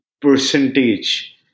percentage